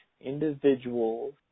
individuals